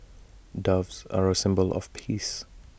doves are A symbol of peace